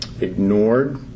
ignored